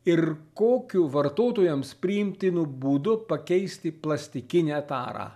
ir kokiu vartotojams priimtinu būdu pakeisti plastikinę tarą